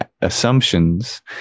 assumptions